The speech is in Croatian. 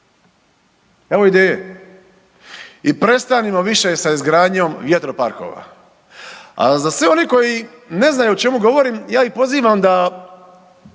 Evo ideje. I prestanimo više sa izgradnjom vjetroparkova. A za sve one koji ne znaju o čemu govorim, ja ih pozivam da